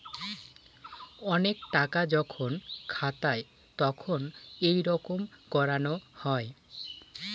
অনেক টাকা যখন খাতায় তখন এইরকম করানো হয়